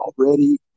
already